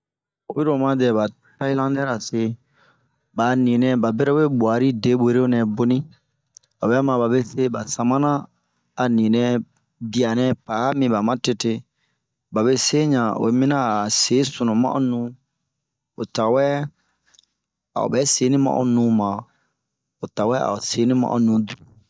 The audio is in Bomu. Oyi lo omadɛba tayilandɛra se, ba'a ninɛ ba bɛrɛ we buari debwere nɛ boni, obɛ ma ba se ba samana,a ninɛ, bia nɛ pa'a minba matete.babe se ɲa oyi mina ao se sunu ma'o nu, otawɛ a'o bɛ seri ma'o numan. O tawɛ a o seri ma o nuduro.